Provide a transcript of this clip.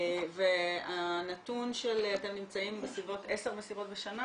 והנתון של עשר מסיבות בשנה,